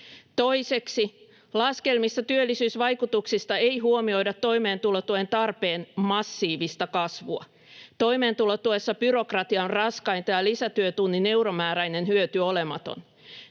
Toiseksi, laskelmissa työllisyysvaikutuksista ei huomioida toimeentulotuen tarpeen massiivista kasvua. Toimeentulotuessa byrokratia on raskainta ja lisätyötunnin euromääräinen hyöty olematon.